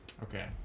Okay